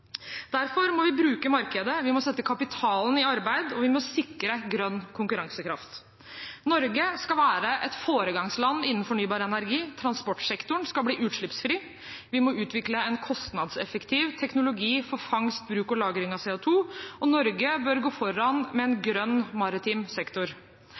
Derfor må vi bruke markedet, vi må sette kapitalen i arbeid, og vi må sikre grønn konkurransekraft. Norge skal være et foregangsland innenfor fornybar energi, transportsektoren skal bli utslippsfri, vi må utvikle en kostnadseffektiv teknologi for fangst, bruk og lagring av CO2, og Norge bør gå foran med en grønn maritim sektor.